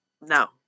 No